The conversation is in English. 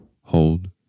hold